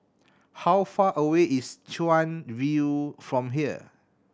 how far away is Chuan View from here